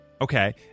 Okay